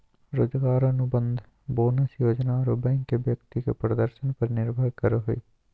रोजगार अनुबंध, बोनस योजना आरो बैंक के व्यक्ति के प्रदर्शन पर निर्भर करो हइ